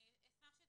אני אשמח שתתייחסו,